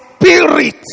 spirit